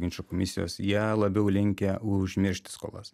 ginčų komisijas jie labiau linkę užmiršti skolas